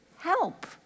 help